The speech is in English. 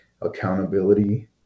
accountability